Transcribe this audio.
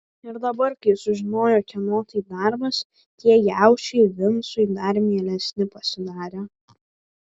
ir dabar kai sužinojo kieno tai darbas tie jaučiai vincui dar mielesni pasidarė